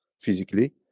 physically